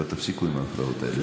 אבל תפסיקו עם ההפרעות האלה.